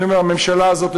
אני אומר: הממשלה הזאת,